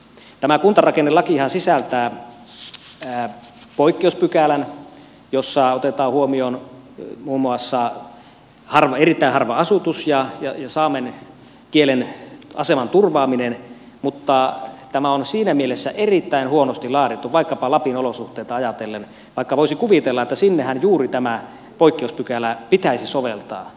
tämä kuntarakennelakihan sisältää poikkeuspykälän jossa otetaan huomioon muun muassa erittäin harva asutus ja saamen kielen aseman turvaaminen mutta tämä on siinä mielessä erittäin huonosti laadittu vaikkapa lapin olosuhteita ajatellen vaikka voisi kuvitella että sinnehän juuri tätä poikkeuspykälää pitäisi soveltaa